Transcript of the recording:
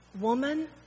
Woman